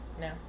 No